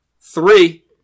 three